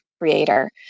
creator